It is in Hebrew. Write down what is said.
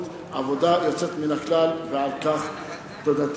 ובנאמנות עבודה יוצאת מן הכלל, ועל כך תודתי.